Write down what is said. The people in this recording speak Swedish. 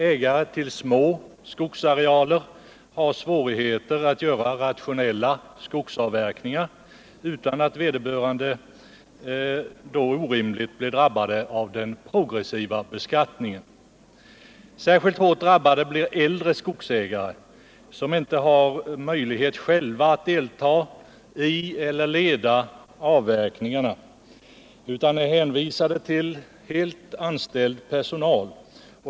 Ägare till små skogsarealer har svårigheter att göra rationellare skogsavverkningar utan att vederbörande orimligt drabbas av den progressiva beskattningen. Särskilt hårt drabbade blir äldre skogsägare, som inte själva har möjlighet att deltaga i eller leda avverkningen utan är helt hänvisade till anställd personal.